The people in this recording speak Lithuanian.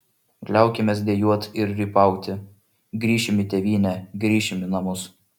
liaukimės dejuot ir rypauti grįšim į tėvynę grįšim į namus